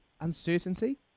uncertainty